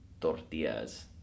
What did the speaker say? tortillas